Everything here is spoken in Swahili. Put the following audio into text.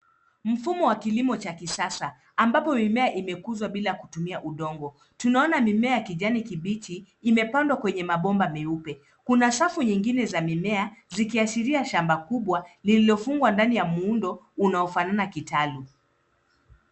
Mfumo wa kilimo cha kisasa ambapo mimea inakuzwa bila kutumia udongo. Tunaona mimea ya kijani kibichi imepandwa kwenye mabomba meupe. Kuna safi zingine za mimea zikiashiria shamba kubwa lililofungwa ndani ya muundo unaofanana kitaalum.